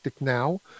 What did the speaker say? now